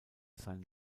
seine